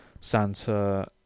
Santa